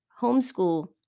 homeschool